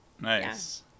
Nice